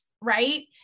right